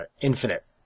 infinite